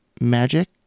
magic